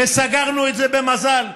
סגרנו את זה במזל.